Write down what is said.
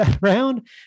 round